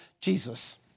Jesus